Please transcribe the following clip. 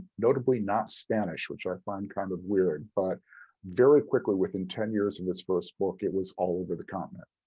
notably not spanish, which i find kind of weird but very quickly, within ten years of and this first book, it was all over the continent.